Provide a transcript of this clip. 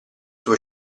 suo